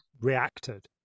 reacted